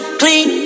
clean